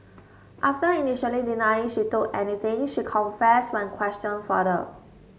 after initially denying she took anything she confessed when questioned further